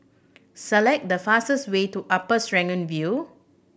select the fastest way to Upper Serangoon View